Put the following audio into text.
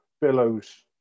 billows